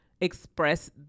express